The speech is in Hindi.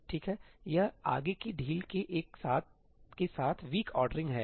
ठीक है यह आगे की ढील के साथ वीक औरड्रिंग है